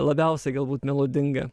labiausiai galbūt melodingą